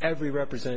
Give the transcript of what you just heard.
every represent